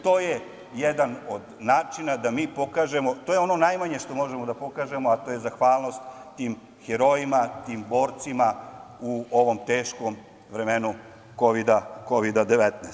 To je jedan od načina da mi pokažemo zahvalnost, to je ono najmanje što možemo da pokažemo, tim herojima, tim borcima u ovim teškim vremenima Kovida 19.